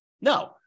No